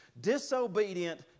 disobedient